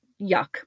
yuck